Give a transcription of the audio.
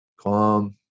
calm